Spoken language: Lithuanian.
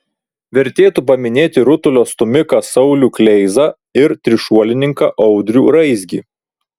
vertėtų paminėti rutulio stūmiką saulių kleizą ir trišuolininką audrių raizgį